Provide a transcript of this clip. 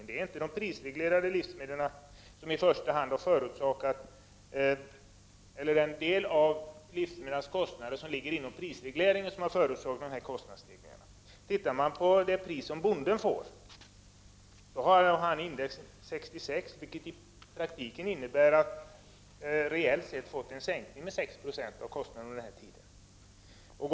Det är inte i första hand de livsmedel, som är prisreglerade, som står för dessa kostnadsstegringar. Ser man på det pris som bonden får är index 66. Reellt sett innebär det att bonden har fått en sänkning med 6 96 i förhållande till kostnaderna under denna tid.